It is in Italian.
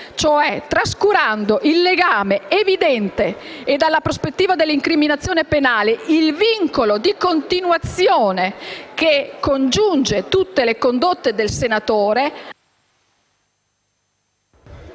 cioè trascurando il legame di tutta evidenza e, dalla prospettiva dell'incriminazione penale, il vincolo di continuazione che congiunge tutte le condotte del senatore*...